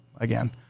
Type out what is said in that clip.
again